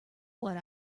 what